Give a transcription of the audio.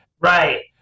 Right